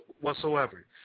whatsoever